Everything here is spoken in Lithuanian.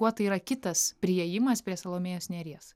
kuo tai yra kitas priėjimas prie salomėjos nėries